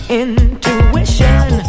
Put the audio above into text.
intuition